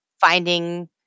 finding